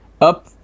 up